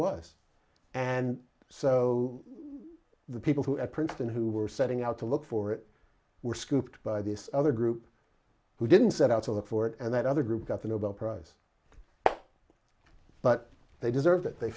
was and so the people who at princeton who were setting out to look for it were scooped by this other group who didn't set out to the fort and that other group got the nobel prize but they deserved it they